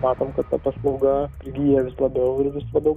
matom kad ta paslauga prigyja labiau ir vis labiau